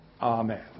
Amen